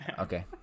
okay